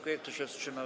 Kto się wstrzymał?